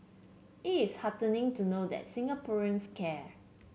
it is heartening to know that Singaporeans care